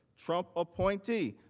trump ah pointy,